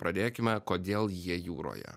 pradėkime kodėl jie jūroje